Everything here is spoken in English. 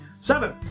Seven